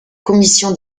commission